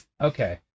Okay